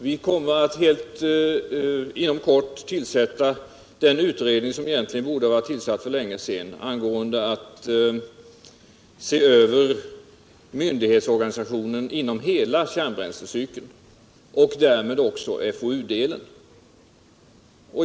Vi kommer att inom kort tillsätta en utredning, som egentligen borde ha tillsatts för länge sedan. för att se över myndighetsorganisationen inom hela kärnbränslecykeln och därmed också FHU-delen.